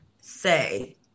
say